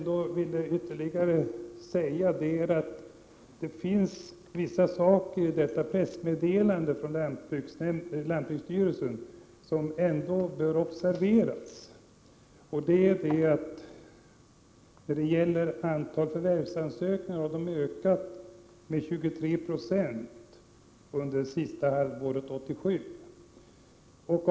Det finns emellertid vissa punkter i pressmeddelandet från lantbruksstyrelsen som bör observeras. Antalet förvärvsansökningar har nämligen ökat med 23 96 under det sista halvåret 1987.